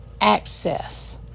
access